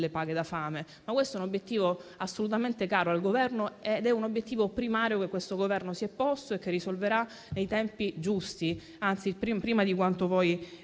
paghe da fame. Ma questo è un obiettivo assolutamente caro al Governo, è un obiettivo primario che questo Governo si è posto e che risolverà nei tempi giusti; anzi, prima di quanto voi